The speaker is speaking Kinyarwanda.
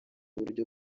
buryo